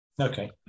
okay